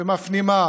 ומפנימה